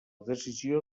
decisió